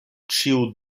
ĉiu